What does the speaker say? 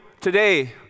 today